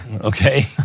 okay